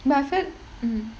my fr~ mm